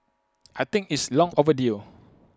I think it's long overdue